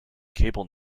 cable